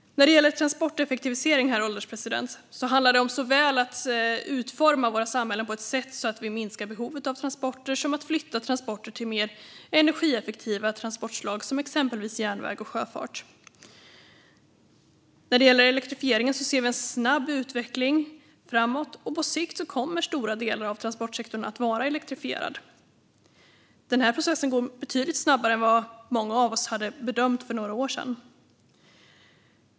När det gäller transporteffektivisering handlar det om såväl att utforma våra samhällen på ett sätt som gör att vi minskar behovet av transporter som att flytta transporter till mer energieffektiva transportslag som exempelvis järnväg och sjöfart. När det gäller elektrifieringen ser vi en snabb utveckling framåt. På sikt kommer stora delar av transportsektorn att vara elektrifierad. Den här processen går betydligt snabbare än vad många av oss hade bedömt för några år sedan.